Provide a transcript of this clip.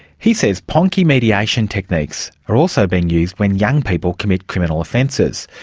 he says ponki mediation techniques are also being used when young people commit criminal offences.